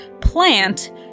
plant